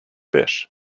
fish